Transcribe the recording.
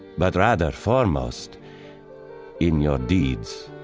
but rather foremost in your deeds